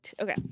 okay